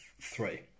three